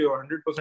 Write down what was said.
100%